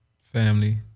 family